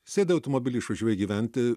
sėdi automobilį išvažiavai gyventi